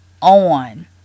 on